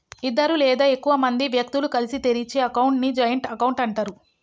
ఇద్దరు లేదా ఎక్కువ మంది వ్యక్తులు కలిసి తెరిచే అకౌంట్ ని జాయింట్ అకౌంట్ అంటరు